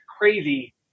crazy